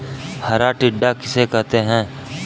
हरा टिड्डा किसे कहते हैं?